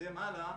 נתקדם הלאה.